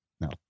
No